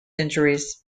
injuries